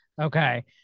Okay